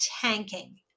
tanking